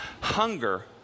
hunger